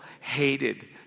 hated